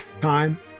time